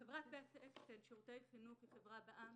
חברת בית אקשטיין שירותי חינוך, שהיא חברה בע"מ